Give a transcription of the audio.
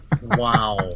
Wow